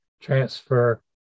transfer